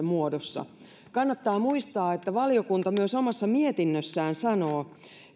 muodossa kannattaa muistaa että valiokunta myös omassa mietinnössään sanoo